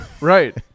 Right